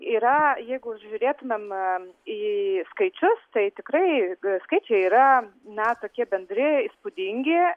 yra jeigu žiūrėtumėm į skaičius tai tikrai skaičiai yra na tokie bendri įspūdingi